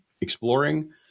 exploring